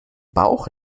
bauch